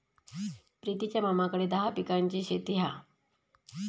प्रितीच्या मामाकडे दहा पिकांची शेती हा